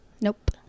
Nope